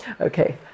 Okay